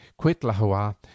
Quitlahua